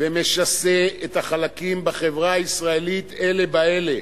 ומשסה את החלקים בחברה הישראלית אלה באלה.